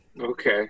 okay